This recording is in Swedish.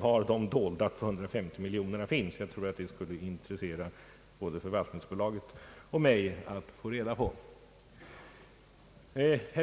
var de dolda 250 miljonerna finns. Jag tror att det skulle intressera både förvaltningsbolaget och mig att få reda på detta.